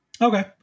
okay